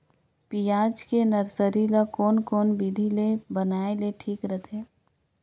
पियाज के नर्सरी ला कोन कोन विधि ले बनाय ले ठीक रथे?